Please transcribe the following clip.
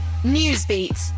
Newsbeat